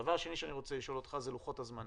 דבר שני שאני רוצה לשאול אותך זה על לוחות-הזמנים